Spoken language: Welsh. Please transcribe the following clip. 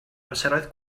amseroedd